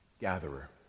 gatherer